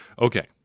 Okay